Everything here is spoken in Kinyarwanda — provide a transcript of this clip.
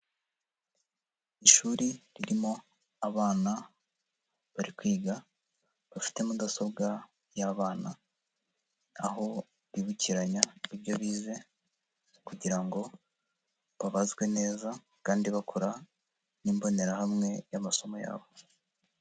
Ishuri ririmo abana bari kwiga bafite mudasobwa y'abana, aho bibukiranya ibyo bize kugira ngo babazwe neza kandi bakora n'imbonerahamwe y'amasomo yabo.